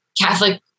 Catholic